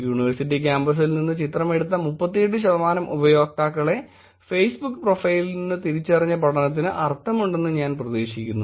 university കാമ്പസിൽ നിന്ന് ചിത്രമെടുത്ത 38 ശതമാനം ഉപയോക്താക്കളെ ഫേസ്ബുക്ക് പ്രൊഫൈലിൽ നിന്ന് തിരിച്ചറിഞ്ഞ പഠനത്തിന് അർത്ഥമുണ്ടെന്ന് ഞാൻ പ്രതീക്ഷിക്കുന്നു